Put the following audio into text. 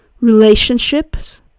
relationships